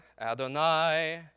Adonai